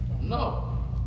No